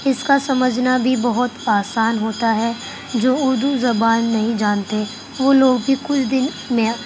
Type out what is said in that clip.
اس کا سمجھنا بھی بہت آسان ہوتا ہے جو اردو زبان نہیں جانتے وہ لوگ بھی کچھ دن میں